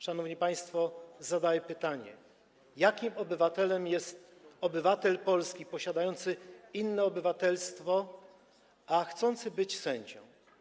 Szanowni państwo, zadaję pytanie: Jakim obywatelem jest obywatel polski posiadający inne obywatelstwo a chcący być sędzią?